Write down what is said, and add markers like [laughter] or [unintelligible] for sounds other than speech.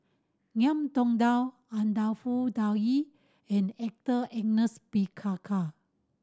Ngiam Tong Dow Anwarul [unintelligible] and Arthur Ernest [unintelligible]